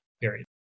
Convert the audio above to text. period